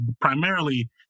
primarily